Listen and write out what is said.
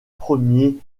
premiers